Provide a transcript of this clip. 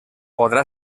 podrà